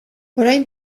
orain